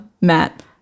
Matt